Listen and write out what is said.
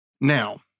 Now